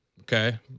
okay